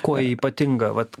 kuo ji ypatinga vat